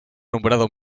nombrado